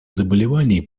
заболеваний